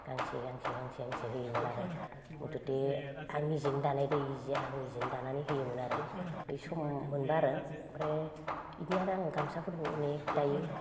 गांसे गांसे गांसे होयोमोन आरो मथथे आं निजेनो दानाय दे इ जिया आं निजेनो दानानै होयोमोन आरो बै सम मोनब्ला आरो ओमफ्राय इदिनो आरो आं गामसाफोरखो अनेख दायो